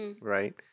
right